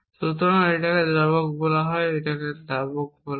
সুতরাং এটাকে দ্রাবক বলা হয়